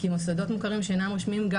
כי מוסדות מוכרים שאינם רשמיים גם